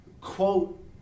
quote